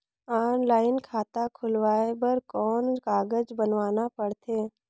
Online खाता खुलवाय बर कौन कागज बनवाना पड़थे?